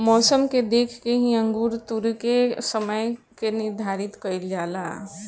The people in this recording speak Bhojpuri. मौसम के देख के ही अंगूर तुरेके के समय के निर्धारित कईल जाला